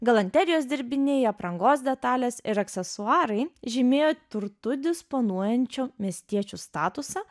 galanterijos dirbiniai aprangos detalės ir aksesuarai žymėjo turtu disponuojančio miestiečio statusą